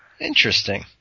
Interesting